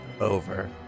over